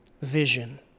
vision